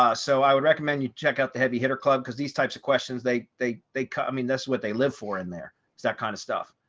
ah so i would recommend you check out the heavy hitter club because these types of questions they, they they cut, i mean, that's what they live for in there. it's that kind of stuff.